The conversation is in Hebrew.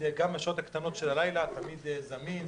וגם בשעות הקטנות של הלילה הוא תמיד זמין,